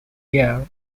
year